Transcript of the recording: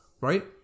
right